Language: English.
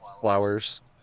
flowers